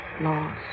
lost